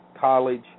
college